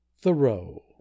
Thoreau